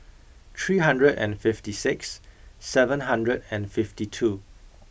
three hundred and fifty six seven hundred and fifty two